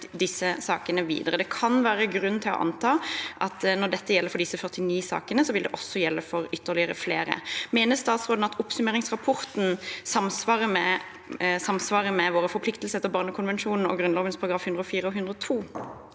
disse sakene videre. Det kan være grunn til å anta at når dette gjelder for disse 49 sakene, vil det også gjelde for ytterligere saker. Mener statsråden at oppsummeringsrapporten samsvarer med våre forpliktelser etter barnekonvensjonen og Grunnloven §§ 104 og 102?